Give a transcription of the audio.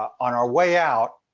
on our way out